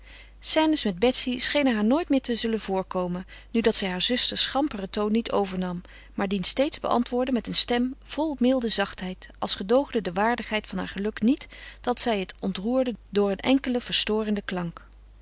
scènes met betsy schenen haar nooit meer te zullen voorkomen nu dat zij haar zusters schamperen toon niet overnam maar dien steeds beantwoordde met een stem vol milde zachtheid als gedoogde de waardigheid van haar geluk niet dat zij het ontroerde door een enkelen verstorenden klank